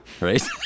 right